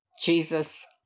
Jesus